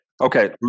Okay